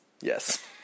Yes